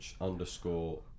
underscore